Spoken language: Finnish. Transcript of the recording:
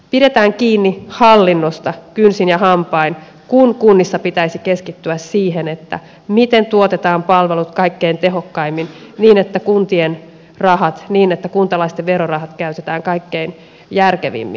pidetään kiinni hallinnosta kynsin ja hampain kun kunnissa pitäisi keskittyä siihen miten tuotetaan palvelut kaikkein tehokkaimmin niin että kuntalaisten verorahat käytetään kaikkein järkevimmin